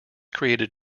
created